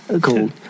called